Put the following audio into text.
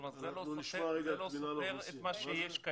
כלומר, זה לא סותר את מה שקיים.